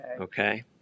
Okay